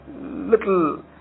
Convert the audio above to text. little